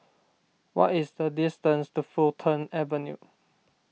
what is the distance to Fulton Avenue